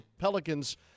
Pelicans